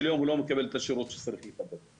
יום הוא לא מקבל את השירות שצריך לקבל.